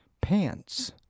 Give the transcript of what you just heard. pants